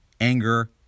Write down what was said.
anger